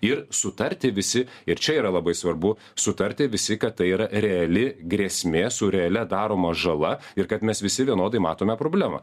ir sutarti visi ir čia yra labai svarbu sutarti visi kad tai yra reali grėsmė su realia daroma žala ir kad mes visi vienodai matome problemą